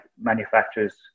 manufacturers